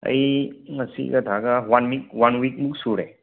ꯑꯩ ꯉꯁꯤꯒ ꯊꯥꯔꯒ ꯋꯥꯟ ꯋꯤꯛ ꯋꯥꯟ ꯋꯤꯛꯃꯨꯛ ꯁꯨꯔꯦ